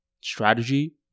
strategy